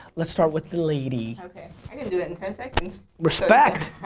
let start with the lady. okay. i can do that in ten seconds. respect.